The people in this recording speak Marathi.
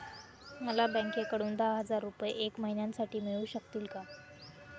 मला बँकेकडून दहा हजार रुपये एक महिन्यांसाठी मिळू शकतील का?